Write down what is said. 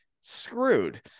screwed